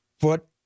foot